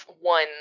one